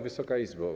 Wysoka Izbo!